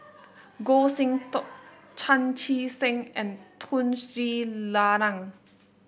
Goh Sin Tub Chan Chee Seng and Tun Sri Lanang